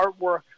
artwork